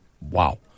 Wow